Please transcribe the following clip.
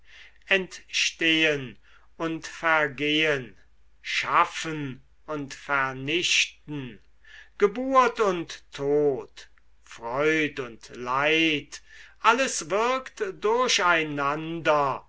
entstehen und vergehen schaffen und vernichten geburt und tod freud und leid alles wirkt